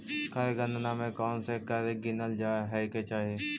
कर गणना में कौनसे कर गिनल जाए के चाही